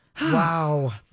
wow